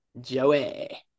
Joey